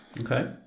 Okay